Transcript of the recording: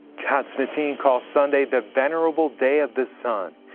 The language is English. constantine calls sunday the venerable day of the sun.